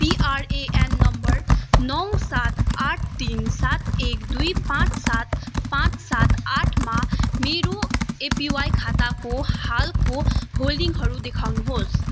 PRAN number नौ सात आठ तिन सात एक दुई पाँच सात पाँच सात आठमा मेरो एपिवाई खाताको हालको होल्डिङहरू देखाउनु होस्